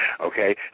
Okay